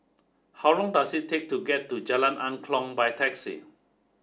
how long does it take to get to Jalan Angklong by taxi